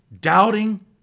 Doubting